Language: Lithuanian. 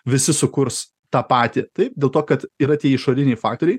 visi sukurs tą patį taip dėl to kad yra tie išoriniai faktoriai